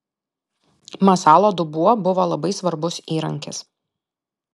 masalo dubuo buvo labai svarbus įrankis